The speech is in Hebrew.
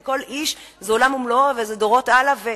כי כל איש זה עולם ומלואו וזה דורות הלאה.